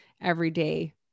everyday